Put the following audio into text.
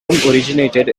originated